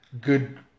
good